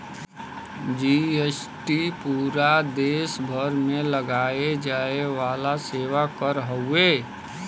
GST पूरा देस भर में लगाये जाये वाला सेवा कर हउवे